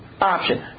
option